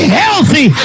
healthy